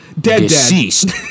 deceased